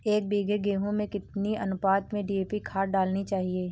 एक बीघे गेहूँ में कितनी अनुपात में डी.ए.पी खाद डालनी चाहिए?